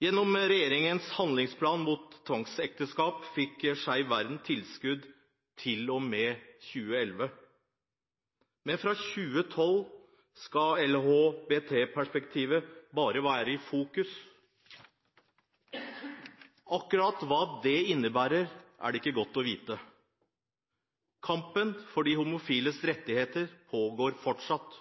Gjennom regjeringens handlingsplan mot tvangsekteskap fikk Skeiv Verden tilskudd til og med 2011. Men fra 2012 skal LHBT-perspektivet bare være i fokus. Akkurat hva det innebærer, er det ikke godt å vite. Kampen for de homofiles rettigheter pågår fortsatt.